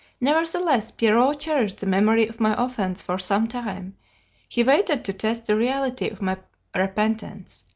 nevertheless, pierrot cherished the memory of my offence for some time he waited to test the reality of my repentance,